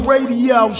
Radio